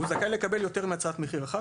הוא זכאי לקבל יותר מהצעת מחיר אחת,